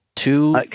two